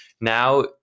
Now